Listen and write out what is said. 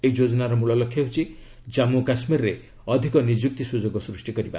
ଏହି ଯୋଜନାର ମିଳ ଲକ୍ଷ୍ୟ ହେଉଛି କାମ୍ମ ଓ କାଶ୍ମୀରରେ ଅଧିକ ନିଯୁକ୍ତି ସୁଯୋଗ ସୃଷ୍ଟି କରିବା